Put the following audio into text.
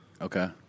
Okay